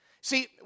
See